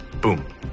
boom